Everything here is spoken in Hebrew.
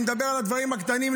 ואני מדבר על הדברים הקטנים,